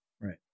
Right